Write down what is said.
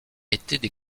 étaient